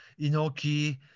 Inoki